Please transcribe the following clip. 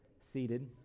seated